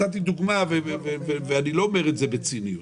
נתתי דוגמה ואני לא אומר את זה בציניות,